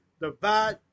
divide